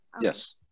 Yes